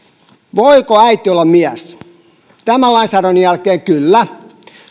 voiko äiti olla mies tämän lainsäädännön jälkeen kyllä